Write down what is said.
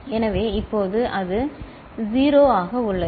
எனவே இப்போது அது 0 ஆக உள்ளது